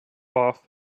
off